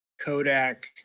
Kodak